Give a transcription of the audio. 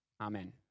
Amen